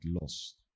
lost